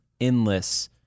endless